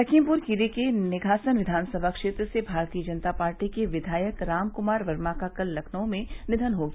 लखीमपुर खीरी के निघासन विघानसमा क्षेत्र से भारतीय जनता पार्टी के विघायक राम कुमार वर्मा का कल लखनऊ में निघन हो गया